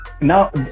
now